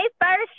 first